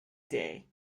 day